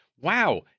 wow